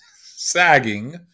sagging